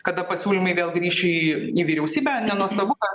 kada pasiūlymai vėl grįš į į vyriausybę nenuostabu kad